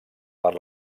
per